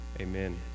Amen